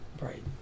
Right